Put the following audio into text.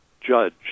judge